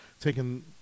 taking